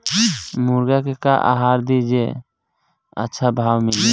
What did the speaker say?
मुर्गा के का आहार दी जे से अच्छा भाव मिले?